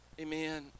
amen